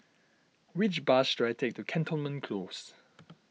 which bus should I take to Cantonment Close